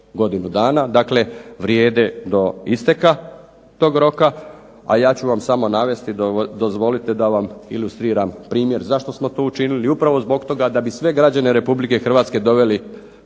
godinu dana, dakle vrijede do isteka tog roka, a ja ću vam samo navesti dozvolite da vam ilustriram primjer zašto smo to učinili. Upravo zbog toga da bi sve građane Republike Hrvatske doveli